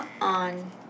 on